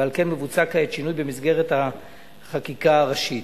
ועל כן מבוצע כעת שינוי במסגרת החקיקה הראשית.